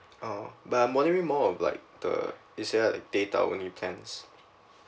oh but I'm wondering more of like the is there like data only plans